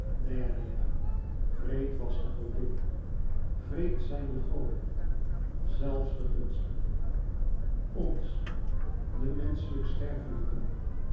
deianeira wreed was de godin wreed zijn de goden zelfs de gunstige ons den menschelijk